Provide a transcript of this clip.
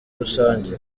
rusange